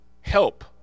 help